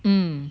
mm